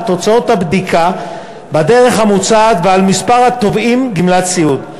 על תוצאות הבדיקה בדרך המוצעת ועל מספר התובעים גמלת סיעוד,